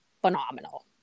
phenomenal